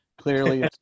clearly